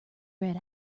red